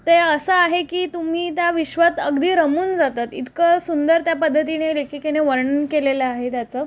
ते असं आहे की तुम्ही त्या विश्वात अगदी रमून जातात इतकं सुंदर त्या पद्धतीने लेखिकेने वर्णन केलेलं आहे त्याचं